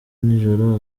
nijoro